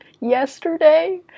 yesterday